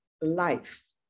life